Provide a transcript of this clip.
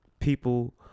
People